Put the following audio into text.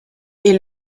est